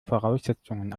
voraussetzungen